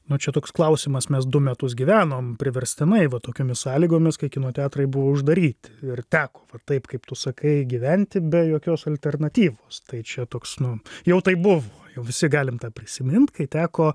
nu čia toks klausimas mes du metus gyvenom priverstinai va tokiomis sąlygomis kai kino teatrai buvo uždaryti ir teko va taip kaip tu sakai gyventi be jokios alternatyvos tai čia toks nu jau taip buvo jau visi galim tą prisimint kai teko